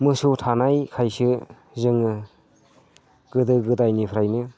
मोसौ थानायखायसो जोङो गोदो गोदायनिफ्रायनो